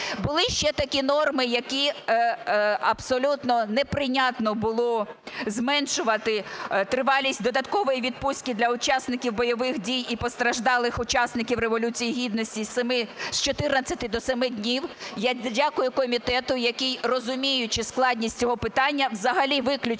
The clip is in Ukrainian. Були ще такі норми, які абсолютно неприйнятно було зменшувати тривалість додаткової відпустки для учасників бойових дій і постраждалих учасників Революції Гідності з 14 до 7 днів. Я дякую комітету, який, розуміючи складність цього питання, взагалі виключили